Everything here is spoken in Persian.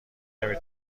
نمی